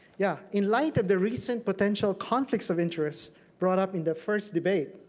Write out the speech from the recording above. yeah. in light of the recent potential conflicts of interest brought up in the first debate,